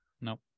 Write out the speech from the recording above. No